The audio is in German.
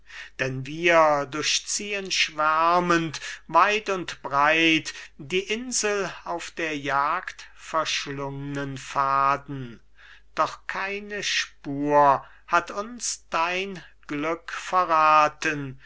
denn wir durchziehen schwärmend weit und breit die insel auf der jagd verschlungnen pfaden doch keine spur hat uns dein glück verrathen